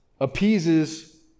appeases